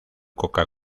coca